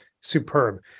superb